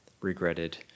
regretted